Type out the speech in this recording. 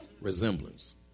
Resemblance